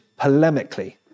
polemically